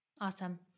Awesome